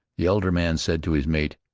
the elder man said to his mate